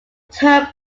term